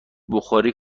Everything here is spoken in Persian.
بخاری